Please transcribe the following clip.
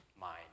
mind